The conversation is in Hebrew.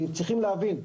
כי צריכים להבין,